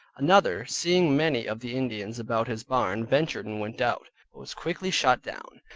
another, seeing many of the indians about his barn, ventured and went out, but was quickly shot down.